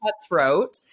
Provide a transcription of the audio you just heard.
cutthroat